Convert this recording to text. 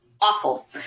awful